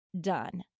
done